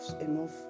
enough